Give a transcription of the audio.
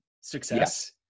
success